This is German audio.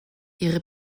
ihre